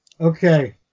Okay